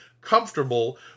comfortable